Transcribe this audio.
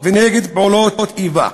ונגד פעולות איבה,